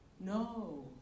No